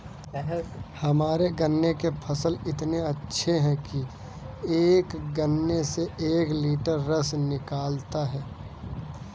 हमारे गन्ने के फसल इतने अच्छे हैं कि एक गन्ने से एक लिटर रस निकालता है